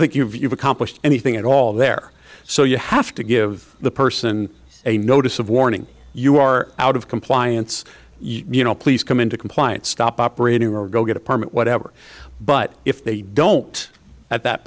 think you've accomplished anything at all there so you have to give the person a notice of warning you are out of compliance you know please come into compliance stop operating or go get a permit whatever but if they don't at that